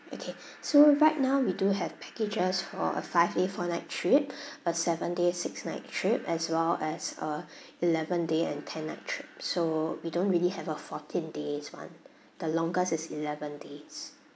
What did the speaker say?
okay so right now we do have packages for a five day four night trip a seven day six night trip as well as uh eleven day and ten night trip so we don't really have a fourteen days one the longest is eleven days